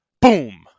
Boom